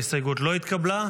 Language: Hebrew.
ההסתייגות לא התקבלה.